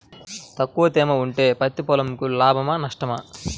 తక్కువ తేమ ఉంటే పత్తి పొలంకు లాభమా? నష్టమా?